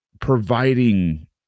providing